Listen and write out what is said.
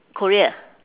korea